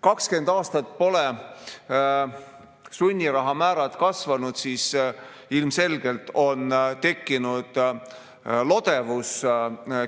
20 aastat pole sunnirahamäärad kasvanud, siis ilmselgelt on tekkinud